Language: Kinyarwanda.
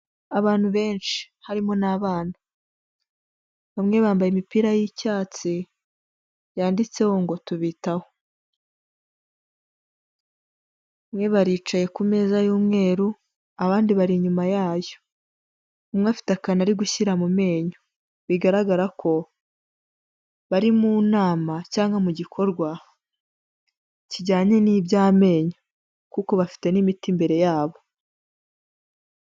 Abantu benshi harimo n'abana, bamwe bambaye imipira y'icyatsi yanditseho ngo tubitaho. Bamwe baricaye ku meza y'umweru abandi bari inyuma yayo, umwe afite akantu ari gushyira mu menyo, bigaragara ko bari mu nama cyangwa mu gikorwa kijyanye n'iby'amenyo kuko bafite n'imiti imbere yabo.